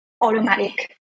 automatic